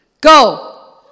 Go